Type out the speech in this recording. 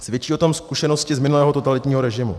Svědčí o tom zkušenosti z minulého totalitního režimu.